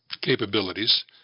capabilities